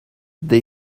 they